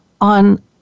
on